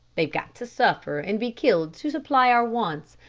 they've got to suffer and be killed to supply our wants.